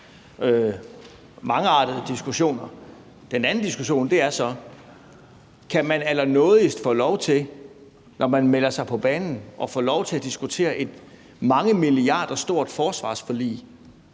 mangeartede diskussioner. Den anden diskussion er så, om man allernådigst kan få lov, når man melder sig på banen, til at diskutere et mange milliarder kroner stort forsvarsforlig,